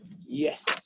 Yes